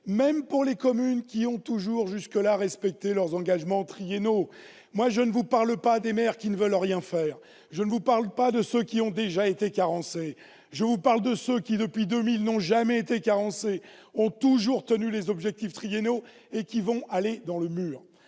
même pour les communes qui ont toujours, jusque-là, respecté leurs engagements triennaux. Je ne vous parle pas des maires qui ne veulent rien faire, ni de ceux dont les communes ont déjà été carencées. Je vous parle des maires dont les communes, depuis 2000, n'ont jamais été carencées, ont toujours tenu les objectifs triennaux et qui vont droit dans le mur.